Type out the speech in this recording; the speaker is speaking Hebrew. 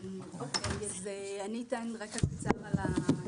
אז אני אתן קצת רקע על התקנות.